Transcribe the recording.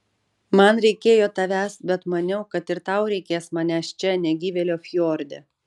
man reikėjo tavęs bet maniau kad ir tau reikės manęs čia negyvėlio fjorde